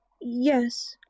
Yes